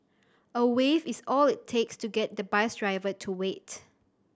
a wave is all it takes to get the bus driver to wait